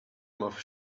mouth